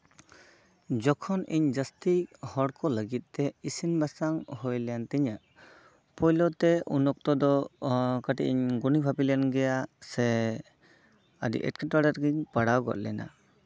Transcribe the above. ᱡᱚᱠᱷᱚᱱ ᱤᱧ ᱡᱟᱹᱥᱛᱤ ᱦᱚᱲᱠᱚ ᱞᱟᱹᱜᱤᱫ ᱛᱮ ᱤᱥᱤᱱ ᱵᱟᱥᱟᱝ ᱦᱩᱭᱞᱮᱱ ᱛᱤᱧᱟᱹ ᱯᱳᱭᱞᱳᱛᱮ ᱩᱱ ᱚᱠᱛᱚ ᱫᱚ ᱠᱟᱹᱴᱤᱡ ᱤᱧ ᱜᱩᱱᱤ ᱵᱷᱟ ᱵᱤ ᱞᱮᱱ ᱜᱮᱭᱟ ᱥᱮ ᱟᱹᱰᱤ ᱮᱴᱠᱮᱴᱚᱲᱮ ᱨᱮᱜᱤᱧ ᱯᱟᱲᱟᱣ ᱜᱚᱜ ᱞᱮᱱᱟ